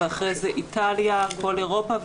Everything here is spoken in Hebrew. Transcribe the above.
אחרי זה איטליה וכל אירופה.